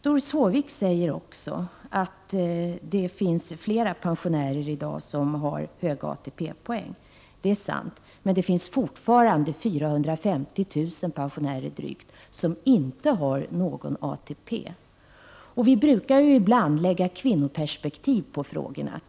Doris Håvik säger också att det i dag finns flera pensionärer som har höga ATP-poäng. Det är sant, men det finns fortfarande 450 000 pensionärer som inte har någon ATP. Vi lägger ibland kvinnoperspektiv på frågorna.